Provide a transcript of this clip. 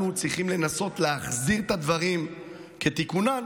צריכים לנסות להחזיר את הדברים על כנם,